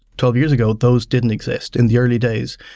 twelve years ago, those didn't exist. in the early days,